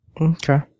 Okay